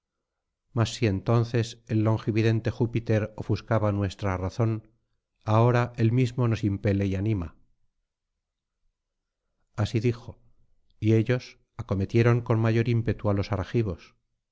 mas si entonces el longividente júpiter ofuscaba nuestra razón ahora él mismo nos impele y anima así dijo y ellos acometieron con mayor ímpetu á los argivos